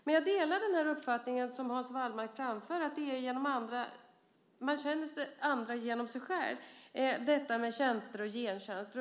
Men jag delar den uppfattning som Hans Wallmark framförde, att man känner igen andra genom sig själv och att det är tjänster och gentjänster.